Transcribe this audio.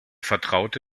vertraute